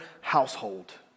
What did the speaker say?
household